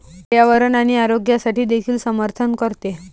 पर्यावरण आणि आरोग्यासाठी देखील समर्थन करते